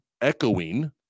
echoing